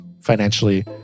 financially